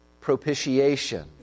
propitiation